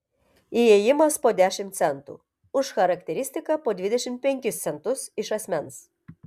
įėjimas po dešimt centų už charakteristiką po dvidešimt penkis centus iš asmens